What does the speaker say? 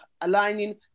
aligning